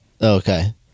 Okay